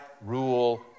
rule